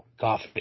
coffee